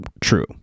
true